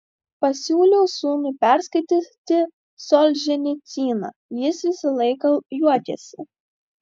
pasiūliau sūnui perskaityti solženicyną jis visą laiką juokėsi